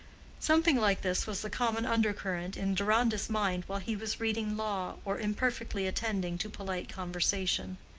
something like this was the common under-current in deronda's mind while he was reading law or imperfectly attending to polite conversation.